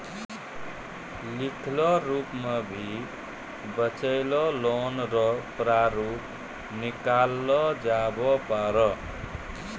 लिखलो रूप मे भी बचलो लोन रो प्रारूप निकाललो जाबै पारै